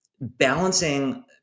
balancing